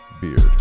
Beard